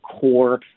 core